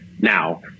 now